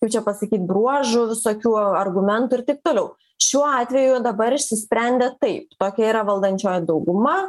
kaip čia pasakyt bruožų visokių argumentų ir taip toliau šiuo atveju dabar išsisprendė taip tokia yra valdančioji dauguma